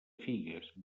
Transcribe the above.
figues